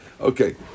Okay